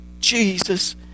Jesus